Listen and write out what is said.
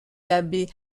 l’abbé